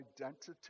identity